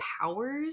powers